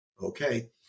okay